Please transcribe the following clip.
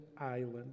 island